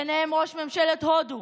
ביניהם ראש ממשלת הודו,